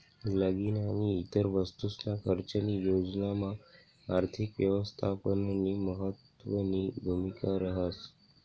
लगीन आणि इतर वस्तूसना खर्चनी योजनामा आर्थिक यवस्थापननी महत्वनी भूमिका रहास